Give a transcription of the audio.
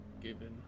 given